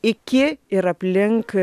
iki ir aplink